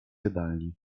jadalni